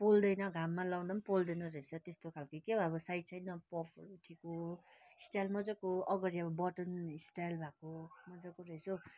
पोल्दैन घाममा लाउँदा पोल्दैन रहेछ त्यस्तो खाले क्या हो अब साइड साइडमा पफहरू उठेको स्टाइल मजाको अघाडि अब बटन स्टाइल भएको मजाको रहेछ हौ